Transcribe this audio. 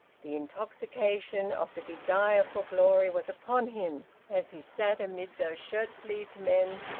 the intoxication of the desire for glory was upon him as he sat amid those shirt-sleeved men,